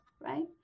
right